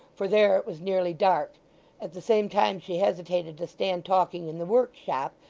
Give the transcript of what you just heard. for there it was nearly dark at the same time she hesitated to stand talking in the workshop,